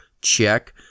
check